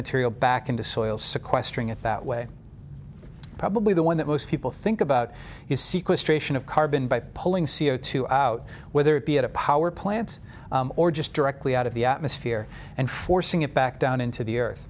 material back into soil sequestering it that way probably the one that most people think about is sequenced ration of carbon by pulling c o two out whether it be at a power plant or just directly out of the atmosphere and forcing it back down into the ear